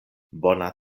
bona